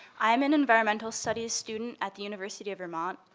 i'm an environmental studies student at the university of vermont.